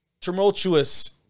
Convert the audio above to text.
tumultuous